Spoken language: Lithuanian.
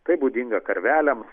tai būdinga karveliams